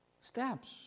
Steps